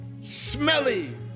Smelly